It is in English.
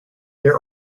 there